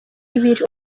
ibiri